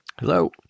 Hello